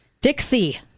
Dixie